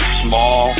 small